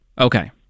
Okay